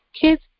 Kids